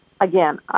again